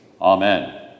Amen